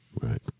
Right